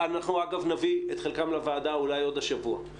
אגב, אנחנו נביא את חלקם לוועדה, אולי עוד השבוע,